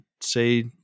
say